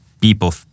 people